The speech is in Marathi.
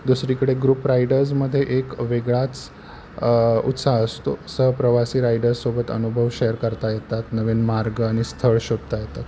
दुसरीकडे ग्रुप रायडर्समध्ये एक वेगळाच उत्साह असतो सह प्रवासी रायडर्ससोबत अनुभव शेअर करता येतात नवीन मार्ग आणि स्थळ शोधता येतात